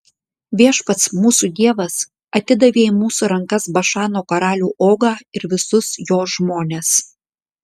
viešpats mūsų dievas atidavė į mūsų rankas bašano karalių ogą ir visus jo žmones